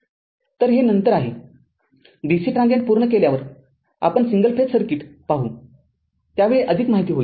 तर हे नंतर आहे डीसी ट्रांजीएंट पूर्ण केल्यावरआपण सिंगल फेज सर्किट पाहू त्यावेळी अधिक माहिती होईल